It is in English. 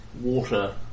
water